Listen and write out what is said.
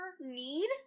Need